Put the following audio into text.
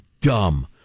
dumb